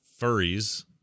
furries